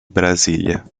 brasília